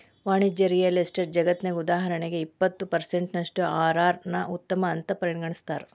ವಾಣಿಜ್ಯ real estate ಜಗತ್ನ್ಯಗ, ಉದಾಹರಣಿಗೆ, ಇಪ್ಪತ್ತು ಪರ್ಸೆನ್ಟಿನಷ್ಟು ಅರ್.ಅರ್ ನ್ನ ಉತ್ತಮ ಅಂತ್ ಪರಿಗಣಿಸ್ತಾರ